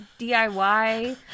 DIY